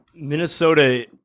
Minnesota